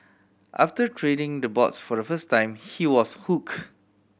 after treading the boards for the first time he was hooked